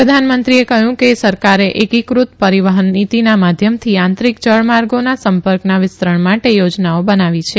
પ્રધાનમત્રીએ કહ્યું કે સરકારે એકીકૃત પરિવહન નીતિના માધ્યમથી આંતરિક જળમાર્ગોના સંપર્કના વિસ્તરણ માટે યોજનાઓ બનાવી છે